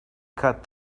cut